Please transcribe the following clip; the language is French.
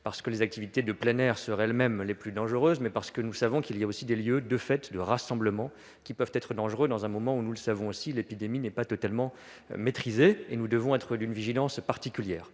parce que les activités de plein air seraient les plus dangereuses, mais parce que nous savons qu'il y a aussi des lieux de rassemblement, qui peuvent être dangereux alors que l'épidémie n'est pas totalement maîtrisée. Nous devons être d'une vigilance particulière.